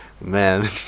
Man